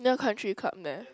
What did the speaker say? near country club there